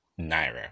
naira